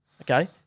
Okay